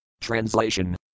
Translation